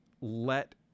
let